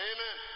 Amen